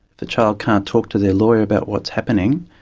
the child can't talk to their lawyer about what's happening,